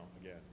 again